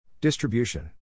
Distribution